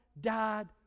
died